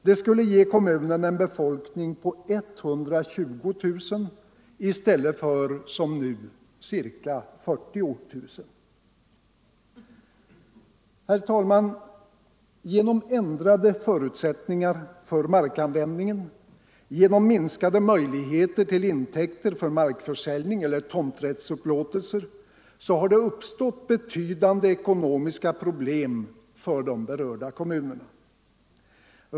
Det skulle ge kommunen en befolkning på 120 000 i stället för som nu ca 40 000. Herr talman! Genom ändrade förutsättningar för markanvändningen, genom minskade möjligheter till intäkter för markförsäljning eller tomträttsupplåtelser har det uppstått betydande ekonomiska problem för de berörda kommunerna.